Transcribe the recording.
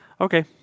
Okay